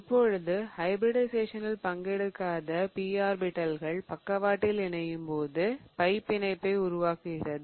இப்பொழுது ஹைபிரிடிஷயேசனில் பங்கெடுக்காத p ஆர்பிடல்கள் பக்கவாட்டில் இணையும்போது பை பிணைப்பை உருவாக்குகிறது